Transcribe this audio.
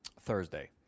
Thursday